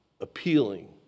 appealing